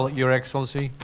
your excellency.